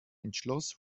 entschloss